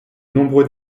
nombreux